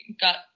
got